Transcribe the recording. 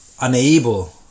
unable